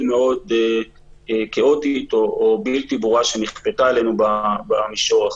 מאוד כאוטית או בלתי ברורה שנכפתה עלינו במישור החוזי.